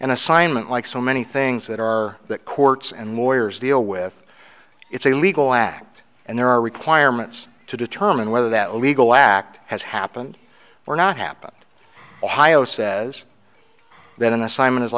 an assignment like so many things that are that courts and lawyers deal with it's a legal act and there are requirements to determine whether that legal act has happened or not happened ohio says then an assignment